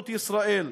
לריבונות ישראל